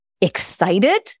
excited